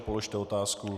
Položte otázku.